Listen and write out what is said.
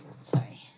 sorry